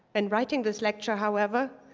and writing this lecture, however,